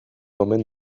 omen